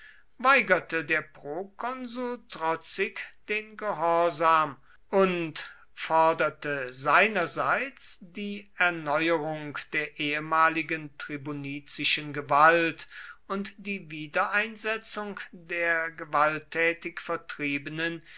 weigerte der prokonsul trotzig den gehorsam und forderte seinerseits die erneuerung der ehemaligen tribunizischen gewalt und die wiedereinsetzung der gewalttätig vertriebenen